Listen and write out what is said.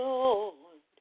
Lord